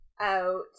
out